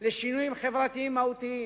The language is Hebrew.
לשינויים חברתיים מהותיים.